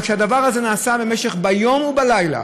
אבל כשהדבר הזה נעשה ביום ובלילה,